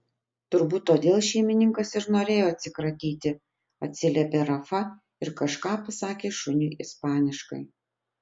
turbūt todėl šeimininkas ir norėjo atsikratyti atsiliepė rafa ir kažką pasakė šuniui ispaniškai